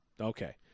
Okay